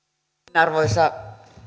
arvoisa